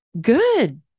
good